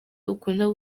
ukunda